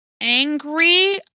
angry